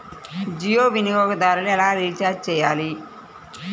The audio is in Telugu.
జియో వినియోగదారులు ఎలా రీఛార్జ్ చేయాలి?